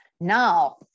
Now